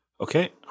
Okay